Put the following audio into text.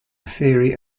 theory